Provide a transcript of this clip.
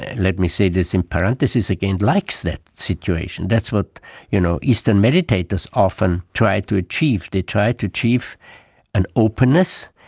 let me say this in parentheses again, likes that situation, that's what you know eastern meditators often try to achieve, they try to achieve an openness,